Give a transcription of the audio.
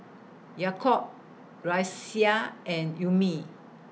Yaakob Raisya and Ummi